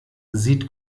sieht